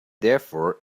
therefore